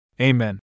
Amen